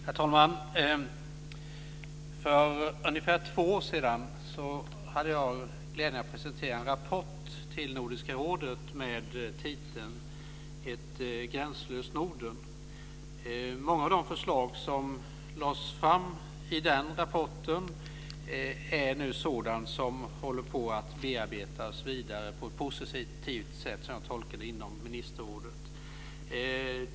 Herr talman! För ungefär två år sedan hade jag glädjen att presentera en rapport till Nordiska rådet med titeln Ett gränslöst Norden. Många av de förslag som lades fram i den rapporten är nu sådana som håller på att bearbetas vidare på ett, som jag tolkar det, positivt sätt inom ministerrådet.